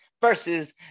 versus